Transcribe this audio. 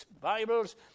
Bibles